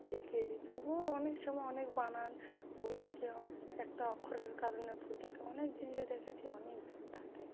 ঠিকই দিই তবুও অনেক সময় অনেক বানান ভুল থাকে একটা অক্ষরের কারণে ভুল থাকে অনেক জিনিসে দেখেছি অনেক ভুল থাকে